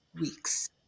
weeks